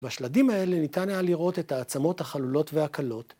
בשלדים האלה ניתן היה לראות את העצמות החלולות והקלות.